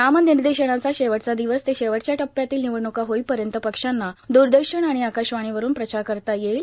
नामनिर्देशनाचा शेवटचा दिवस ते शेवटच्या टप्प्यातील निवडणूका होईपर्यंत पक्षांना द्रदर्शन आणि आकाशवाणीवरुन प्रचार करता येईल